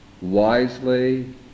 wisely